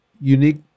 unique